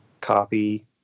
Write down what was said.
copy